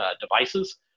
devices